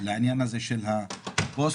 לעניין הזה של הפוסטה?